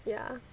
ya